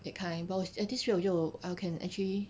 that kind but 我 at this rate 我觉得我 I can actually